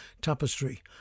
Tapestry